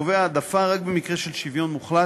הקובע העדפה רק במקרה של שוויון מוחלט